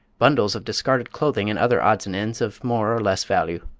bundles of discarded clothing and other odds and ends of more or less value.